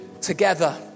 together